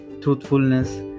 truthfulness